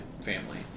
family